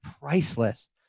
priceless